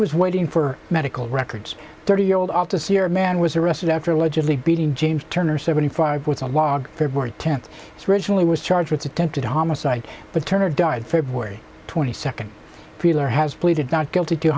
was waiting for medical records thirty year old all to see a man was arrested after allegedly beating james turner seventy five with a log february tenth its original he was charged with attempted homicide but turner died february twenty second pillar has pleaded not guilty to